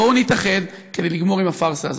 בואו נתאחד כדי לגמור עם הפארסה הזאת.